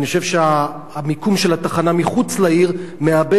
אני חושב שהמיקום של התחנה מחוץ לעיר מאבד